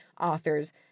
authors